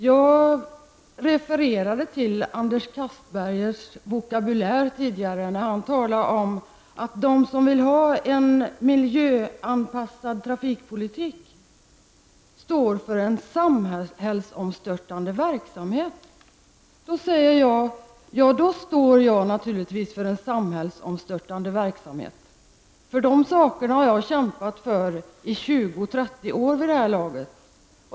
Jag refererade till Anders Castbergers vokabulär tidigare när han talade om att de som vill ha en miljöanpassad trafikpolitik står för en samhällsomstörtande verksamhet. Då säger jag att jag naturligtvis står för en samhällsomstörtande verksamhet, för dessa saker har jag kämpat för i 20--30 år vid det här laget.